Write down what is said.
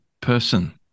person